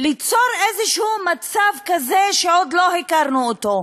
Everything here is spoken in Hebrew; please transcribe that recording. ליצור איזשהו מצב כזה שעוד לא הכרנו כמותו: